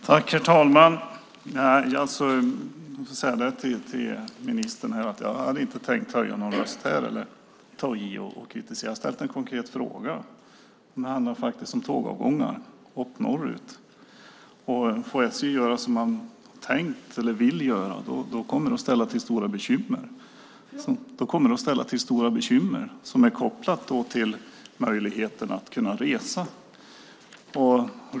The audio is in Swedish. Herr talman! Jag hade inte tänkt höja rösten, ta i och kritisera. Jag har ställt en konkret fråga som handlar om tågavgångar norrut. Får SJ göra som de har tänkt och vill göra kommer det att ställa till stora bekymmer som är kopplade till möjligheten att resa.